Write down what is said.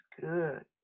good